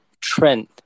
trend